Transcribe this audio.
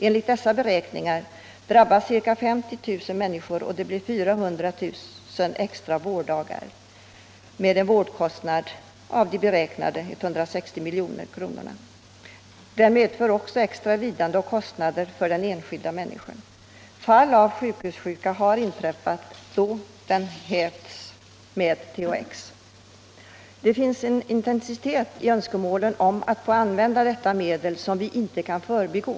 Enligt beräkningarna drabbas ca 50 000 patienter, och det blir 400 000 extra vårddagar. Med en vårdkostnad av 400 kr. per dag kostar detta de beräknade 160 miljonerna kronor. Sjukhussjukan medför också extra lidande och kostnader för den enskilda människan. Fall av sjukhussjuka har inträffat som kunnat hävas med THX. Det finns en intensitet i önskemålen att få använda THX som vi inte kan förbigå.